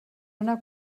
una